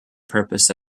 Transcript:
purpose